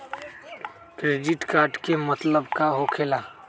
Credit card के मतलब का होकेला?